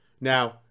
Now